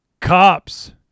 Cops